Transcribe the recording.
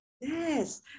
Yes